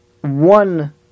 one